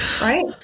Right